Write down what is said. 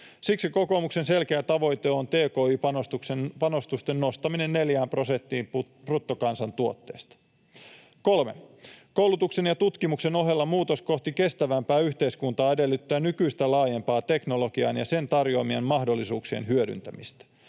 Siksi kokoomuksen selkeä tavoite on tki-panostusten nostaminen 4 prosenttiin bruttokansantuotteesta. 3) Koulutuksen ja tutkimuksen ohella muutos kohti kestävämpää yhteiskuntaa edellyttää nykyistä laajempaa teknologian ja sen tarjoamien mahdollisuuksien hyödyntämistä.